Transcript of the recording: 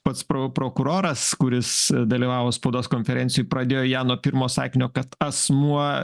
pats pro prokuroras kuris dalyvavo spaudos konferencijoj pradėjo ją nuo pirmo sakinio kad asmuo